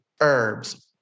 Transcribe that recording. herbs